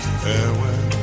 farewell